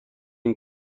این